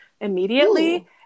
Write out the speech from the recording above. immediately